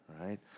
right